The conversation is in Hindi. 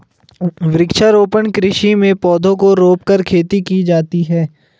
वृक्षारोपण कृषि में पौधों को रोंपकर खेती की जाती है